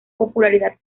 popularidad